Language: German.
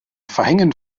verhängen